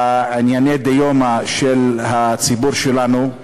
בענייני דיומא של הציבור שלנו,